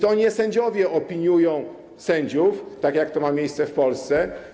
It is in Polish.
To nie sędziowie opiniują sędziów, tak jak to ma miejsce w Polsce.